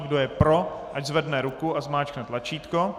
Kdo je pro, ať zvedne ruku a zmáčkne tlačítko.